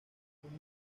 son